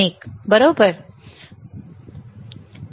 21 अगदी जवळ